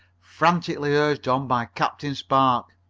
frantically urged on by captain spark.